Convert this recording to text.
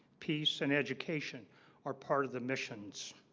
peace and education are part of the missions